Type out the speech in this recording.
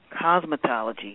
cosmetology